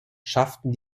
schafften